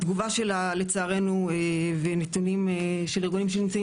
התגובה שלה לצערנו ונתונים של ארגונים שנמצאים